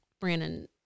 Brandon